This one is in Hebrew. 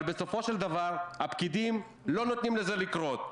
אבל בסופו של דבר הפקידים לא נותנים לזה לקרות?